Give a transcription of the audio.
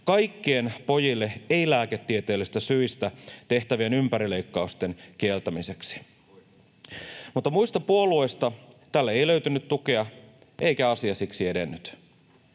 kaikkien pojille ei-lääketieteellisistä syistä tehtävien ympärileikkausten kieltämiseksi, [Perussuomalaisten ryhmästä: Oikein!] mutta muista puolueista tälle ei löytynyt tukea, eikä asia siksi edennyt.